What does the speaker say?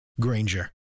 Granger